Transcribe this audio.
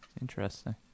Interesting